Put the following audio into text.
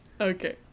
okay